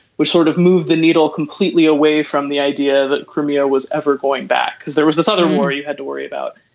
we sort of move the needle completely away from the idea that crimea was ever going back because there was this other war you had to worry about.